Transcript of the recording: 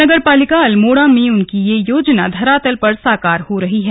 नगर पालिका अल्मोड़ा में उनकी यह योजना धरातल पर साकार हो रही है